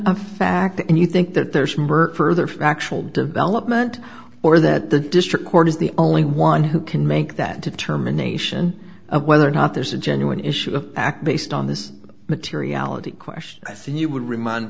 of fact and you think that there smirk further factual development or that the district court is the only one who can make that determination of whether or not there's a genuine issue to act based on this materiality question i think you would remind